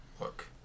look